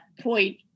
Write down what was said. point